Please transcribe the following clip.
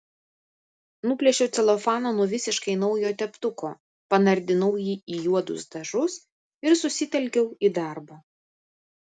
nuplėšiau celofaną nuo visiškai naujo teptuko panardinau jį į juodus dažus ir susitelkiau į darbą